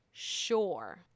Sure